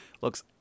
looks